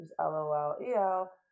l-o-l-e-l